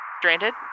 stranded